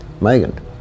Megan